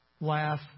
laugh